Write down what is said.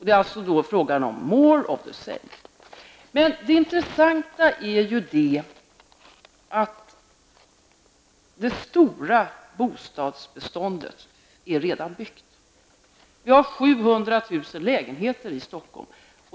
Det är alltså fråga om Det intressanta är emellertid att det stora bostadsbeståndet redan är byggt. Vi har 700 000 lägenheter i Stockholm.